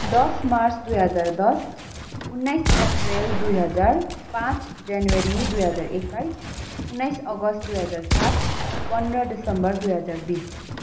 दस मार्च दुई हजार दस उन्नाइस अप्रेल दुई हजार पाँच जनवरी दुई हजार एक्काइस उन्नाइस अगस्त दुई हजार सात पन्ध्र दिसम्बर दुई हजार बिस